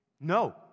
No